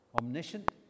Omniscient